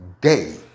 day